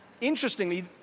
interestingly